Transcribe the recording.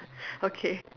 okay